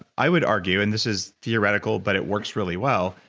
i would argue, and this is theoretical, but it works really well,